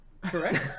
Correct